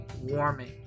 warming